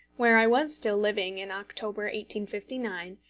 where i was still living in october, one fifty nine,